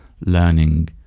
learning